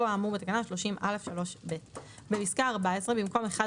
או האמור בתקנה 30(א)(3)(ב)"; בפסקה (14) במקום "אחד